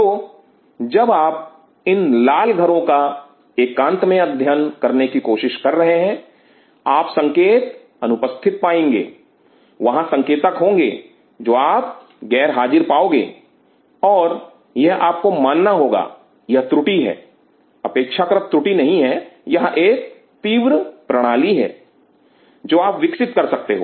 तो जब आप इन लाल घरों का एकांत में अध्ययन करने की कोशिश कर रहे हैं आप संकेत अनुपस्थित पाएंगे वहां संकेतक होंगे जो आप गैरहाजिर पाओगे और यह आपको मानना होगा यह त्रुटि है अपेक्षाकृत त्रुटि नहीं है यह एक तीव्र प्रणाली है जो आप विकसित कर रहे हो